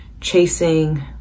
chasing